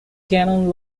canon